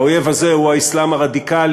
והאויב הזה הוא האסלאם הרדיקלי,